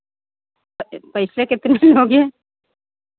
प् पैसे कितने लोगे